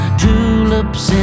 tulips